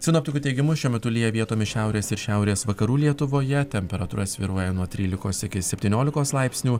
sinoptikų teigimu šiuo metu lyja vietomis šiaurės šiaurės vakarų lietuvoje temperatūra svyruoja nuo trylikos iki septyniolikos laipsnių